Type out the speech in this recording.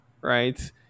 right